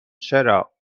چرا